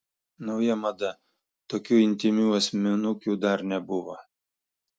nauja mada tokių intymių asmenukių dar nebuvo